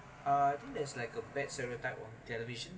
uh I think there's like a bad stereotype on television